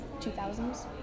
2000s